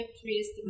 priest